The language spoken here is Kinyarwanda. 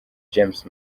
james